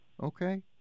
Okay